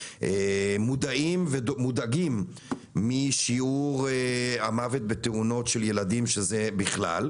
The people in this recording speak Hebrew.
מודעים ומודאגים משיעור המוות בתאונות של ילדים בכלל,